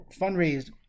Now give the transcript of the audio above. fundraised